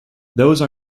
those